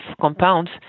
compounds